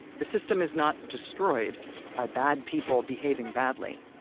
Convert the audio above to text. the system is not destroyed by bad people behaving badly.